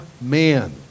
man